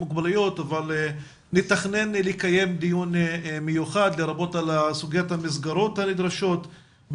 המוגבלויות אבל נתכנן לקיים דיון מיוחד לרבות סוגיית המסגרות הנדרשות,